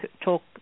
talk